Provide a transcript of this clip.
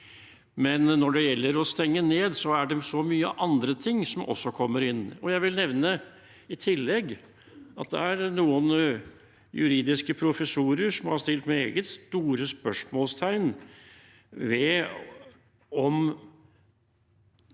men når det gjelder å stenge ned, er det så mange andre ting som også kommer inn. Jeg vil i tillegg nevne at det er noen juridiske professorer som har satt meget store spørsmålstegn ved om